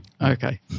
Okay